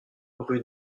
rue